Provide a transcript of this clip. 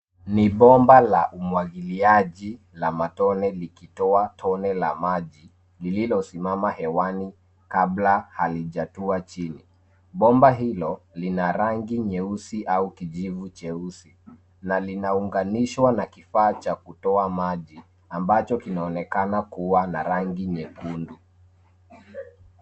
Ni bomba la umwagiliaji la matone likitoa tone la maji lililosimama hewani kabla halijatua chini. Bomba hilo lina rangi nyeusi au kijivu cheusi na linaunganishwa na kifaa cha kutoa maji ambacho kinaonekana kuwa na rangi nyekundu.